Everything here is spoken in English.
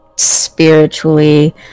spiritually